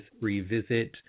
revisit